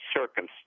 circumstance